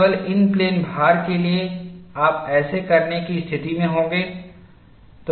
केवल इन प्लेन भार के लिए आप ऐसा करने की स्थिति में होंगे